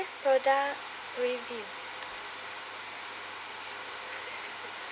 product review